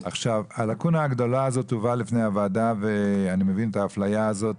הלאקונה הגדולה הזאת הובאה בפני הוועדה ואני מבין את האפליה הזאת,